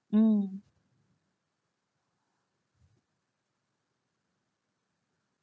mm